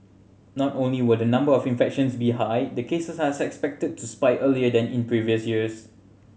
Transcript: not only will the number of infections be high the cases are to spike earlier than in previous years